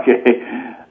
Okay